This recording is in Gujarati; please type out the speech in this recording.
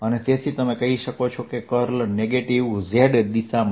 તેથી તમે કહી શકો છો કે કર્લ નેગેટીવ Z દિશામાં છે